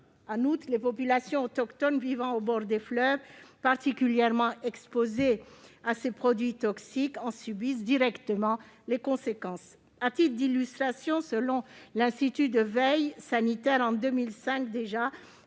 ailleurs, les populations autochtones vivant au bord des fleuves, particulièrement exposées à ces produits toxiques, en subissent directement les conséquences. Ainsi, selon l'Institut de veille sanitaire,